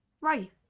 Right